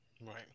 Right